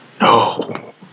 no